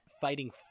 fighting